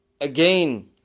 again